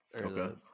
Okay